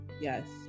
yes